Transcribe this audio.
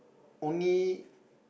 only